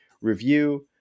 review